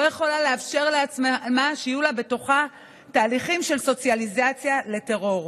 לא יכולה לאפשר לעצמה שיהיו בתוכה תהליכים של סוציאליזציה לטרור.